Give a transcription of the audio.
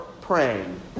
praying